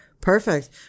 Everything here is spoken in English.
Perfect